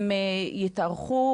הם יתארחו,